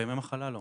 בימי מחלה לא.